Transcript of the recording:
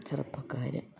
ചെറുപ്പക്കാർ